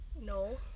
No